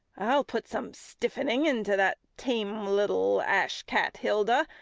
i'll put some stiffening into that tame little ash-cat hilda,